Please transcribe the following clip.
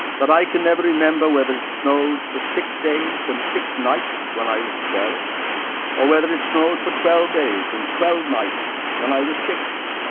that i can never remember whether it snowed for six days and six nights when i was twelve or whether it snowed for twelve days and twelve nights when i was six.